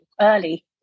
early